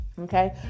Okay